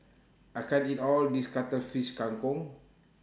I can't eat All of This Cuttlefish Kang Kong